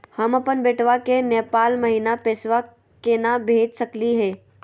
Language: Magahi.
हम अपन बेटवा के नेपाल महिना पैसवा केना भेज सकली हे?